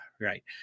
right